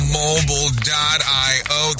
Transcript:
mobile.io